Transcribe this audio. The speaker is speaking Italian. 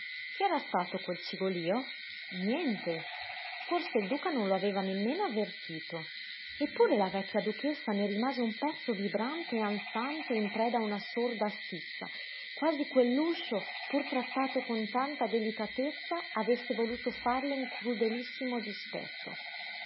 che era stato quel cigolío niente forse il duca non lo aveva nemmeno avvertito eppure la vecchia duchessa ne rimase un pezzo vibrante e ansante e in preda a una sorda stizza quasi quell'uscio pur trattato con tanta delicatezza avesse voluto farle un crudelissimo dispetto